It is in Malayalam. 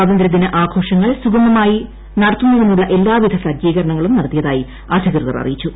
സ്വാതന്ത്രൃദിന ആഘോഷങ്ങൾ സുഗമ്മാർയി നടത്തുന്നതിനുള്ള എല്പാവിധ സജ്ജീകരണങ്ങളും നടത്തിയതായി അധികൃതർ അറിയിച്ചു